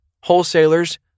Wholesalers